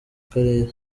karere